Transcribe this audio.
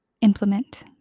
implement